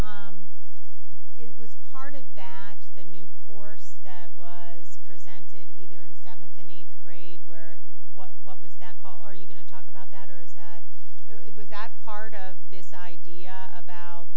you it was part of that the new course as presented either in seventh and eighth grade where what what was that call are you going to talk about that or is that it was that part of this idea about